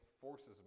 forces